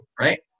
Right